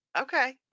okay